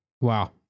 Wow